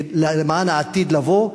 למען העתיד לבוא,